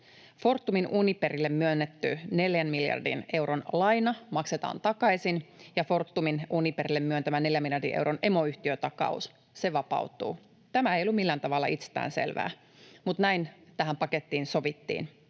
Fortumin Uniperille myönnetty neljän miljardin euron laina maksetaan takaisin, ja Fortumin Uniperille myöntämä neljän miljardin euron emoyhtiötakaus vapautuu. Tämä ei ollut millään tavalla itsestäänselvää, mutta näin tähän pakettiin sovittiin.